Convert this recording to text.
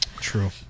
True